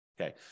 Okay